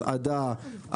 הסעה.